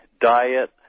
diet